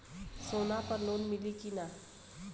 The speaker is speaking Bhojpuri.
सोना पर लोन मिली की ना?